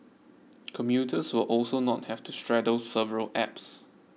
commuters will also not have to straddle several apps